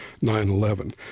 9-11